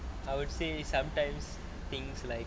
I would say sometimes things like